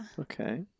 Okay